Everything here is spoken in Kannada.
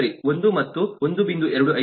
ಸರಿ 1 ಮತ್ತು 1